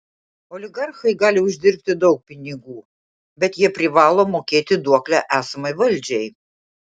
oligarchai gali uždirbti daug pinigų bet jie privalo mokėti duoklę esamai valdžiai